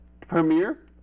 Premiere